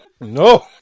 no